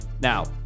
Now